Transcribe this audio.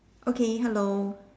okay hello